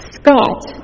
Scott